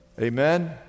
Amen